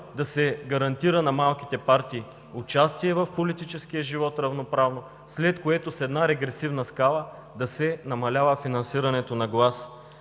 да се гарантира на малките партии равноправно участие в политическия живот, след което с една регресивна скала да се намалява финансирането на глас